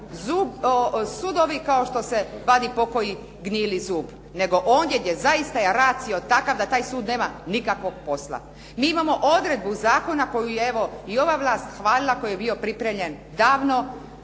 sudovi kao što se vadi pokoji gnjili zub, nego onda gdje zaista je …/Govornik se ne razumije./… takav da taj sud nema nikakvog posla. Mi imamo odredbu zakona koju je evo i ova vlast hvalila, koji je bio pripremljen davno,